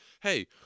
hey